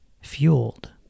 fueled